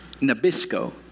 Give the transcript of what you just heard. Nabisco